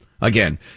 Again